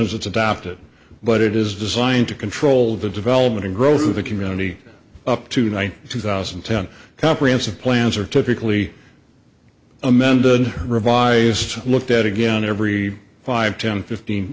as it's adopted but it is designed to control the development and growth of the community up to ninety two thousand and ten comprehensive plans are typically amended revised looked at again every five ten fifteen